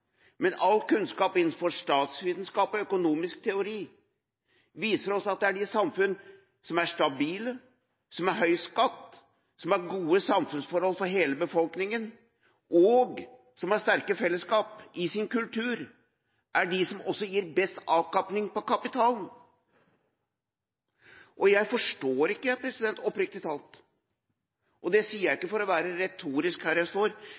men også all kunnskap innenfor statsvitenskap og økonomisk teori, viser oss at det er de samfunnene som er stabile, som har høy skatt, som har gode samfunnsforhold for hele befolkninga, og som har sterke fellesskap i sin kultur, som også er de samfunnene som gir best avkastning på kapitalen. Jeg forstår oppriktig talt ikke – og dette sier jeg ikke for å være retorisk, her jeg står